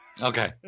Okay